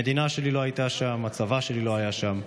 המדינה שלי לא הייתה שם, הצבא שלי לא היה שם,